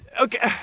Okay